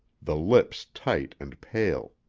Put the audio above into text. the lips tight and pale.